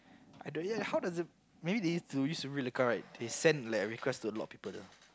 I don't ya how does it maybe they need to use real account right they send like request to a lot of people they all